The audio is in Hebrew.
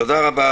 תודה רבה,